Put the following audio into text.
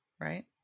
Right